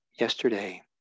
yesterday